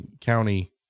county